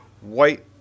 white